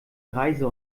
reise